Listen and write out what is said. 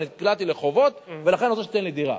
אבל נקלעתי לחובות ולכן אני רוצה שתיתן לי דירה.